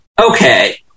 okay